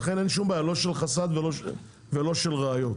לכן אין שום בעיה, לא של חשד ולא של ראיות.